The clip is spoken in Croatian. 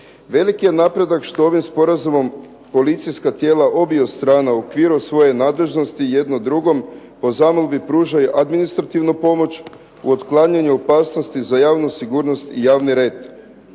Veliki je napredak što ovim sporazumom koalicijska tijela obiju strana u okviru svoje nadležnosti jedno drugom po zamolbi pružaju administrativnu pomoć u otklanjanju opasnosti za javnu sigurnost i javni red.